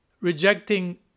rejecting